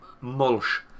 mulch